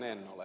en ole